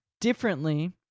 differently